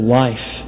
life